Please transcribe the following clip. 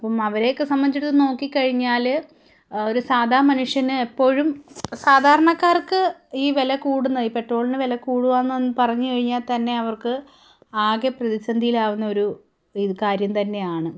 അപ്പം അവരെയൊക്കെ സംബന്ധിച്ചെടുത്ത് നോക്കി കഴിഞ്ഞാൽ ഒരു സാധാരണ മനുഷ്യന് എപ്പോഴും സാധാരണക്കാർക്ക് ഈ വില കൂടുന്ന ഈ പെട്രോളിന് വില കൂടുകയാണെന്ന് പറഞ്ഞ് കഴിഞ്ഞാൽ തന്നെ അവർക്ക് ആകെ പ്രതിസന്ധിയിലാകുന്ന ഒരു ഇത് കാര്യം തന്നെയാണ്